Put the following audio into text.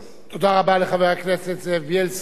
תודה רבה לחבר הכנסת זאב בילסקי.